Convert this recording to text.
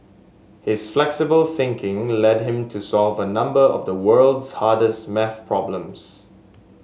his flexible thinking led him to solve a number of the world's hardest maths problems